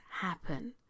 happen